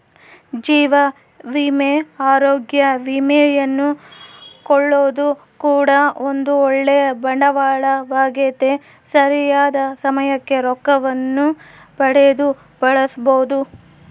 ಜೀವ ವಿಮೆ, ಅರೋಗ್ಯ ವಿಮೆಯನ್ನು ಕೊಳ್ಳೊದು ಕೂಡ ಒಂದು ಓಳ್ಳೆ ಬಂಡವಾಳವಾಗೆತೆ, ಸರಿಯಾದ ಸಮಯಕ್ಕೆ ರೊಕ್ಕವನ್ನು ಪಡೆದು ಬಳಸಬೊದು